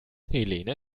helene